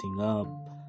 up